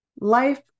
Life